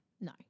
No